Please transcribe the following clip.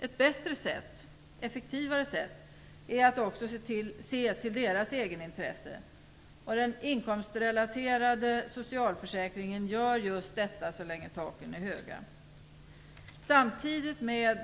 Ett bättre och effektivare sätt är att se till också medelklassens egenintresse, och den inkomstrelaterade socialförsäkringen gör just detta så länge taken är höga.